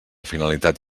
finalitat